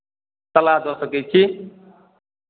सलाह दऽ सकै छी